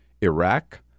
Iraq